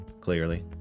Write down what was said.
clearly